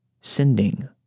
Sending